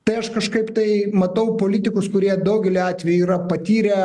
tai aš kažkaip tai matau politikus kurie daugeliu atveju yra patyrę